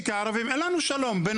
אם אין לנו שלום בפנים,